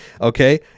Okay